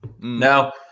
Now